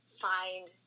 find